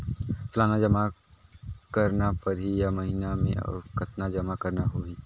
सालाना जमा करना परही या महीना मे और कतना जमा करना होहि?